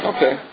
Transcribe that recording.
Okay